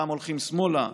פעם הולכים שמאלה,